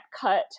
cut